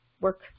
work